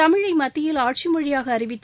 தமிழைமத்தியில் ஆட்சிமொழியாகஅறிவித்து